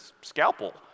scalpel